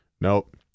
Nope